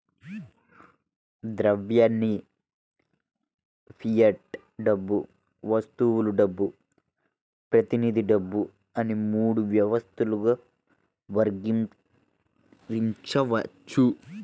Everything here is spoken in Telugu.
ద్రవ్యాన్ని ఫియట్ డబ్బు, వస్తువుల డబ్బు, ప్రతినిధి డబ్బు అని మూడు వ్యవస్థలుగా వర్గీకరించవచ్చు